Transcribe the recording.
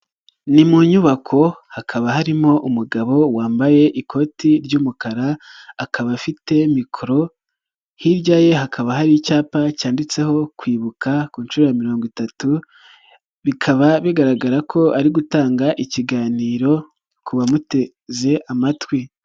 Ni mu nyubako hakaba harimo umugabo wambaye ikoti ry'umukara akaba afite mikoro, hirya ye hakaba hari icyapa cyanditseho kwibuka ku nshuro ya mirongo itatu, bikaba bigaragara ko ari gutanga ikiganiro ku bamuteze amatwi.